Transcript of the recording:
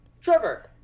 Trevor